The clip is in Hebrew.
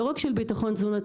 לא רק של ביטחון תזונתי,